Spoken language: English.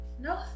No